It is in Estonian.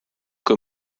kui